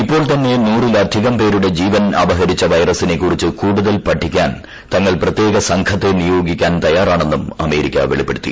ഇപ്പോൾ തന്നെ നൂറിലധികം പേരുടെ ജീവൻ അപഹരിച്ച വൈറസിനെ കുറിച്ച് കൂടുതൽ പഠിക്കാൻ തങ്ങൾ പ്രത്യേക സംഘത്തെ നിയോഗിക്കാൻ തയ്യാറാണെന്നും അമേരിക്ക ഉവളിപ്പെടുത്തി